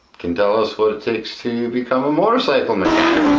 can tell us what it takes to you become a motorcycle mechanic.